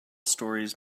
stories